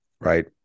right